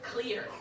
clear